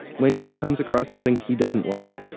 when he comes across something he doesn't like,